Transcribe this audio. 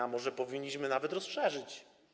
A może powinniśmy je nawet rozszerzyć?